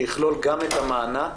שיכלול גם את המענק,